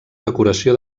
decoració